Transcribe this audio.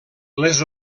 les